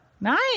Nice